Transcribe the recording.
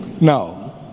Now